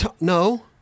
no